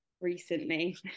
recently